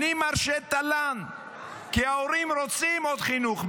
אני מרשה תל"ן כי ההורים רוצים עוד חינוך.